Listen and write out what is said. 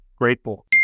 Grateful